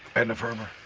edna ferber.